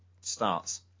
starts